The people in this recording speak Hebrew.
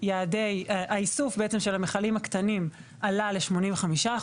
האיסוף בעצם של המכלים הקטנים עלה ל-85%,